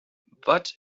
but